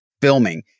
filming